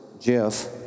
Jeff